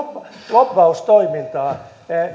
lobbaustoimintaa